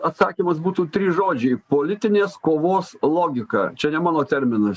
atsakymas būtų trys žodžiai politinės kovos logika čia ne mano terminas